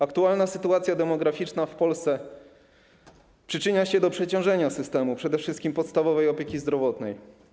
Aktualna sytuacja demograficzna w Polsce przyczynia się do przeciążenia systemu, przede wszystkim podstawowej opieki zdrowotnej.